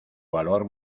valor